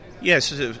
yes